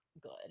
good